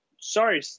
sorry